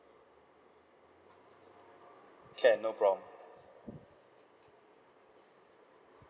can no problem